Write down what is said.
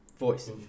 voice